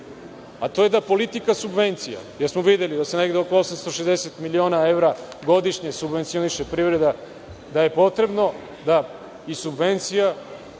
To je da politika subvencija, jer smo videli da se negde oko 860 miliona evra godišnje subvencioniše privreda, da je potrebno da iz subvencija